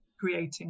creating